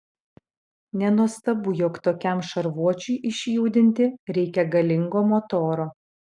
nenuostabu jog tokiam šarvuočiui išjudinti reikia galingo motoro